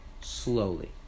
slowly